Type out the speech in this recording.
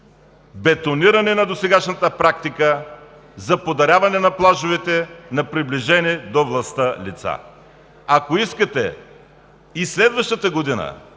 бетониране на досегашната практика за подаряване на плажовете на приближени до властта лица. Ако искате и следващата година